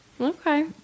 okay